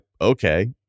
okay